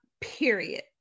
period